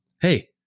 Hey